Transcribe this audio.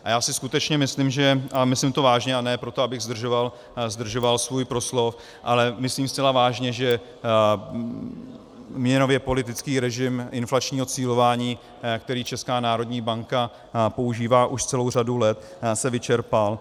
A já si skutečně myslím a myslím to vážně, a ne proto, abych zdržoval svůj proslov, ale myslím zcela vážně , že měnově politický režim inflačního cílování, který Česká národní banka používá už celou řadu let, se vyčerpal.